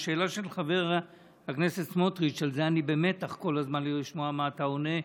השאלה של חבר הכנסת סמוטריץ' ואני במתח כל הזמן לשמוע מה אתה עונה,